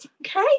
okay